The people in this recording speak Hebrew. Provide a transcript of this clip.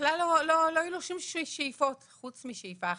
בכלל לא היו לו שום שאיפות, חוץ משאיפה אחת: